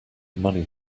money